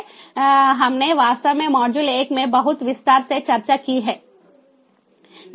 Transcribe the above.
हमने वास्तव में मॉड्यूल एक में बहुत विस्तार से चर्चा की है